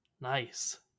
Nice